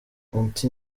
ati